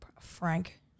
Frank